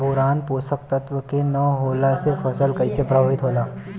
Boron पोषक तत्व के न होला से फसल कइसे प्रभावित होला?